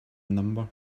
number